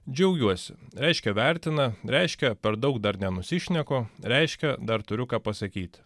džiaugiuosi reiškia vertina reiškia per daug dar nenusišneku reiškia dar turiu ką pasakyti